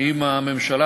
עם הממשלה.